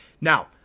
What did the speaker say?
Now